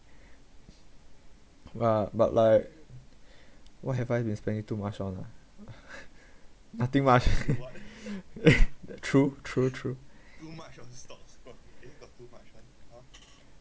uh but like what have I been spending too much on ah nothing much true true true